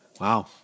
Wow